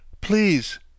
Please